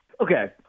Okay